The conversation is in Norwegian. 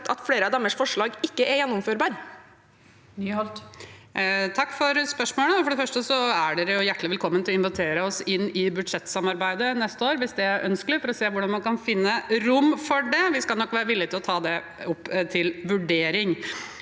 at flere av deres forslag ikke er gjennomførbare? Hege Bae Nyholt (R) Takk for spørsmål- et. For det første er dere hjertelig velkommen til å invitere oss inn i budsjettsamarbeidet neste år, hvis det er ønskelig, for å se hvordan man kan finne rom for dette. Vi skal nok være villige til å ta det opp til vurdering.